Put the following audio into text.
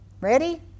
Ready